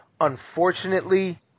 unfortunately